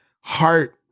heart